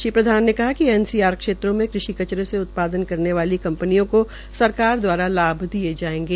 श्री प्रधान ने कहा कि एनसीआर क्षेत्र में कृषि कचरे से उत्पादन करने वाली कंपनियों को सरकार दवारा लाभ दिये जायेंगे